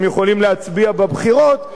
הם יכולים להצביע בבחירות,